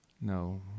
no